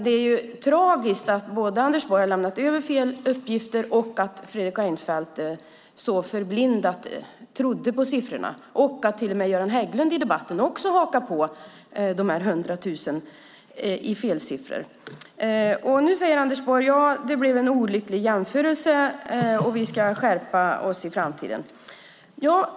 Det är dock tragiskt att Anders Borg lämnat felaktiga uppgifter och att Fredrik Reinfeldt så blint trodde på siffrorna. Dessutom hakade Göran Hägglund i debatten på när det gällde den felaktiga siffran 100 000. Nu säger Anders Borg att det var en olycklig jämförelse och att man ska skärpa sig i framtiden.